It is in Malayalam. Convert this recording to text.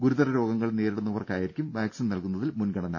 ഗുരുതര രോഗങ്ങൾ നേരിടുന്നവർക്കായിരിക്കും വാക്സിൻ നൽകുന്നതിൽ മുൻഗണന